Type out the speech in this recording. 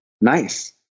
nice